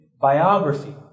biography